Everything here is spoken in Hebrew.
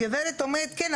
הגברת אומרת כן,